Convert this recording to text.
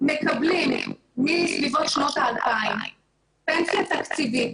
מקבלים מסביבות שנות ה-2000 פנסיה תקציבית,